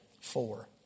four